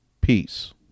peace